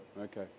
Okay